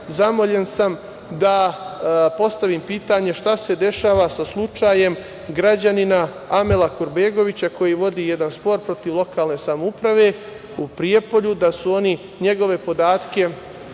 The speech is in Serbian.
zamoljen sam da postavim pitanje, šta se dešava sa slučajem građanina Amela Kurbegovića koji vodi jedan spor protiv lokalne samouprave u Prijepolju? Oni su njegove podatke